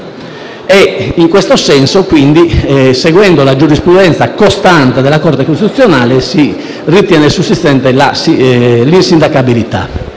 In questo senso, seguendo la giurisprudenza costante della Corte costituzionale, si ritiene sussistente l'insindacabilità.